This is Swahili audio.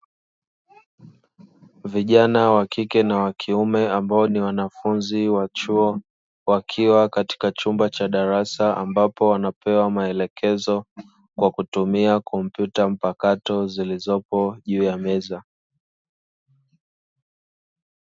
Vijana wa kike na wa kiume ambao ni wanafunzi wa chuo, wakiwa katika chumba cha darasa ambapo wanapewa maelekezo kwa kutumia kompyuta mpakato zilizopo juu ya meza.